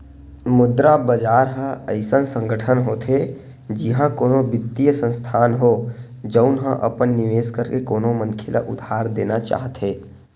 मुद्रा बजार ह अइसन संगठन होथे जिहाँ कोनो बित्तीय संस्थान हो, जउन ह अपन निवेस करके कोनो मनखे ल उधार देना चाहथे